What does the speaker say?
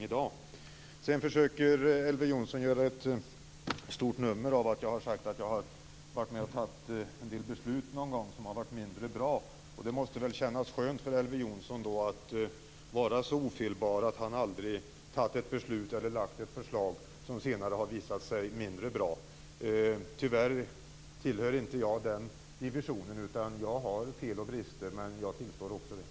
Elver Jonsson försöker göra ett stort nummer av att jag har sagt att jag någon gång har varit med och fattat mindre bra beslut. Det måste kännas skönt för Elver Jonsson att vara så ofelbar att han aldrig fattat ett beslut eller lagt fram ett förslag som senare har visat sig mindre bra. Tyvärr tillhör inte jag den divisionen. Jag har fel och brister, men jag tillstår det också.